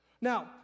Now